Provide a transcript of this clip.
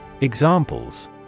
Examples